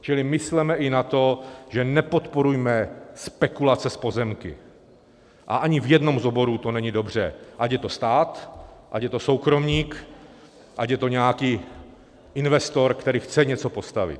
Čili mysleme i na to, že nepodporujme spekulace s pozemky, a ani v jednom z oborů to není dobře, ať je to stát, ať je to soukromník, ať je to nějaký investor, který chce něco postavit.